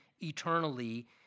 eternally